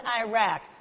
Iraq